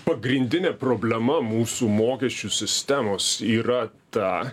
pagrindinė problema mūsų mokesčių sistemos yra ta